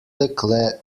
dekle